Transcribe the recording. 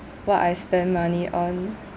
what I spend money on